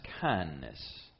kindness